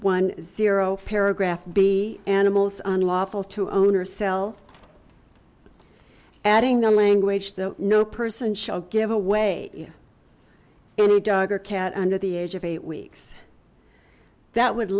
one zero paragraph b animals on lawful to owner sell adding the language that no person shall give away in a dog or cat under the age of eight weeks that would